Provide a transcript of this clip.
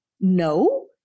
No